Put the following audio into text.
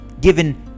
given